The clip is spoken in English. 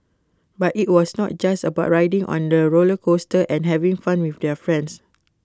but IT was not just about riding on the roller coaster and having fun with their friends